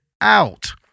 out